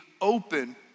open